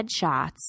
headshots